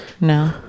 No